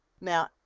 Now